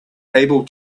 able